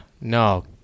no